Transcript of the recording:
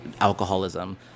alcoholism